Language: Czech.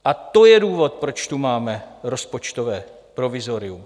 A to je důvod, proč tu máme rozpočtové provizorium.